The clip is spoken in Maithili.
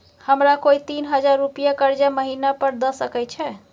हमरा कोय तीन हजार रुपिया कर्जा महिना पर द सके छै?